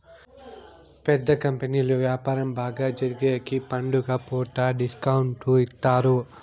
పెద్ద కంపెనీలు వ్యాపారం బాగా జరిగేగికి పండుగ పూట డిస్కౌంట్ ఇత్తారు